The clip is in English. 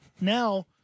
now